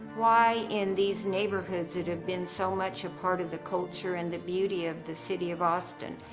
why in these neighborhoods that have been so much a part of the culture and the beauty of the city of austin,